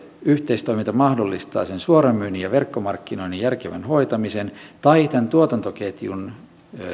yhteistoiminta mahdollistaa suoramyynnin ja verkkomarkkinoinnin järkevän hoitamisen tai tuotantoketjun